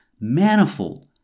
manifold